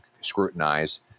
scrutinize